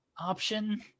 option